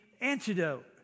antidote